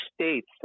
states